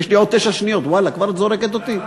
יש לי עוד תשע שניות, כבר את זורקת אותי?